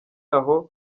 aho